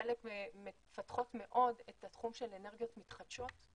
חלק מפתחות מאוד את התחום של אנרגיות מתחדשות.